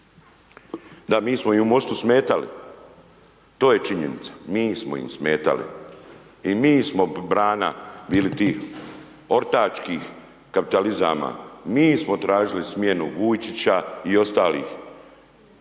Da, mi smo im u MOST-u smetali, to je činjenica, mi smo im smetali i mi smo brana bili tih ortačkih kapitalizama. Mi smo tražili smjenu Vujčića i ostalih